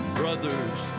brothers